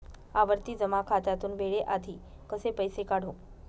आवर्ती जमा खात्यातून वेळेआधी कसे पैसे काढू?